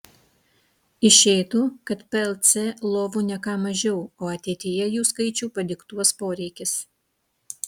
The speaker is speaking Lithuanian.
išeitų kad plc lovų ne ką mažiau o ateityje jų skaičių padiktuos poreikis